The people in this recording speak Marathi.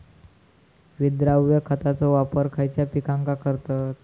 विद्राव्य खताचो वापर खयच्या पिकांका करतत?